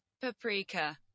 Paprika